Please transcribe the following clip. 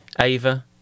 Ava